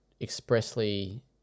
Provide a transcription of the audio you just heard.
expressly